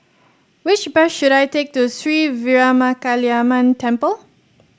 which bus should I take to Sri Veeramakaliamman Temple